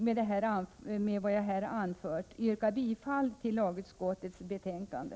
Med det anförda vill jag yrka bifall till hemställan i lagutskottets betänkande.